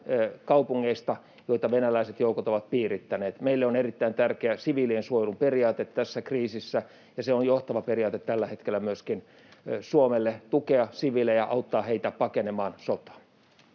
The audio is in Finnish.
kaupungeista, joita venäläiset joukot ovat piirittäneet. Siviilien suojelun periaate on meille erittäin tärkeä tässä kriisissä, ja Suomelle on johtava periaate tällä hetkellä myöskin tukea siviilejä, auttaa heitä pakenemaan sotaa.